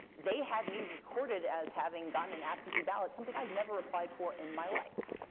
they had me recorded as having gotten an absentee ballot, something i've never applied for in my life.